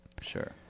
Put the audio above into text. Sure